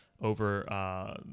over